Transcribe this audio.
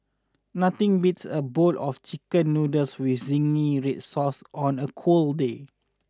nothing beats a bowl of chicken noodles with zingy red sauce on a cold day